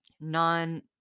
non